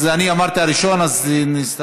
אז אני אמרתי על הראשון, אז נצטרך,